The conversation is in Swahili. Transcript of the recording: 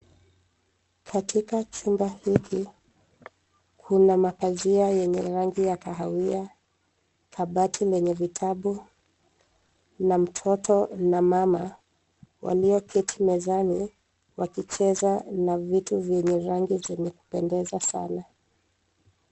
Katika chumba hiki kuna mapazia yenye rangi ya kahawia ,kabati lenye vitabu na mtoto na mama walio keti mezani wakicheza na vitu vyenye rangi ya kupendeza sana.